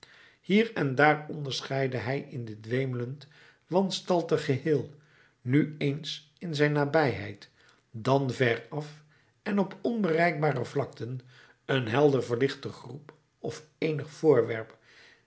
hier en daar onderscheidde hij in dit wemelend wanstaltig geheel nu eens in zijn nabijheid dan veraf en op onbereikbare vlakten een helder verlichte groep of eenig voorwerp